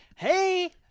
hey